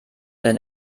denn